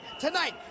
Tonight